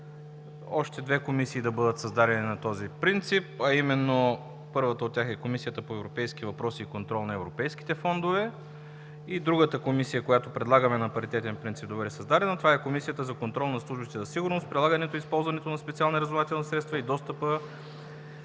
още две комисии да бъдат създадени на този принцип, а именно първата е Комисията по европейските въпроси и контрол на европейските фондове и другата комисия, която предлагаме на паритетен принцип, това е Комисията за контрол на службите за сигурност, прилагането и използването на специални разузнавателни средства и достъпа